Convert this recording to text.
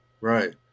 Right